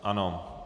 Ano.